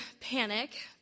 panic